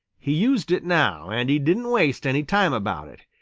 he used it now, and he didn't waste any time about it.